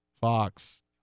Fox